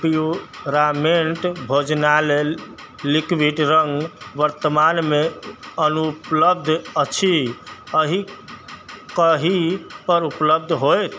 प्युरामेट भोजनालय लिक्विड रङ्ग वर्तमानमे अनुपलब्ध अछि एहि काल्हि पर उपलब्ध होएत